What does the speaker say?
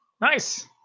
Nice